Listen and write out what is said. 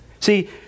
See